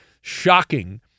Shocking